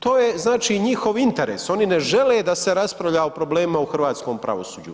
To je znači njihov interes, oni ne žele da se raspravlja o problemima u hrvatskom pravosuđu.